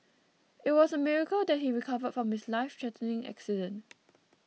it was a miracle that he recovered from his lifethreatening accident